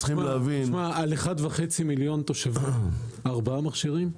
תשמע, על 1.5 מיליון תושבים ארבעה מכשירים?